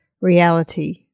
reality